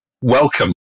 welcome